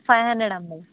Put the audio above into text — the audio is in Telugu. five hundred ML